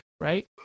right